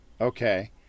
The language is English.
Okay